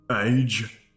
Age